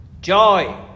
Joy